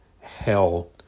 hell